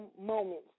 moments